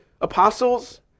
apostles